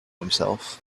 himself